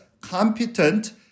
competent